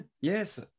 yes